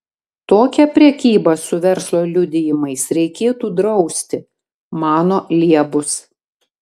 tokią prekybą su verslo liudijimais reikėtų drausti mano liebus